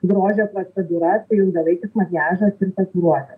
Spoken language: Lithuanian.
grožio procedūra tai ilgalaikis makiažas ir tatuiruotės